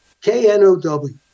K-N-O-W